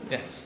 Yes